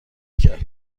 کرد